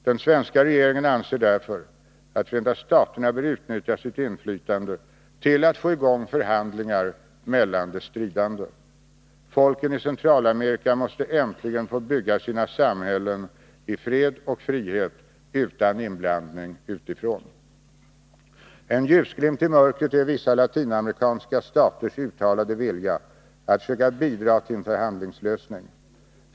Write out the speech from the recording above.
Den svenska regeringen anser därför att Förenta staterna bör utnyttja sitt inflytande till att få i gång förhandlingar mellan de stridande. Folken i Centralamerika måste äntligen få bygga sina samhällen i fred och frihet utan inblandning utifrån. En ljusglimt i mörkret är vissa latinamerikanska staters uttalade vilja att försöka bidra till en förhandlingslösning.